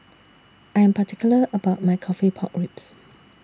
I Am particular about My Coffee Pork Ribs